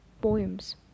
poems